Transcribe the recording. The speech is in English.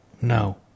no